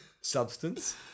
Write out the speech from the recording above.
substance